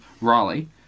Raleigh